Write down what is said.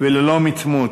וללא מצמוץ: